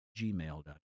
gmail.com